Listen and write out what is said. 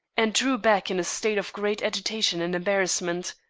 and drew back in a state of great agitation and embarrassment.